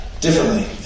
differently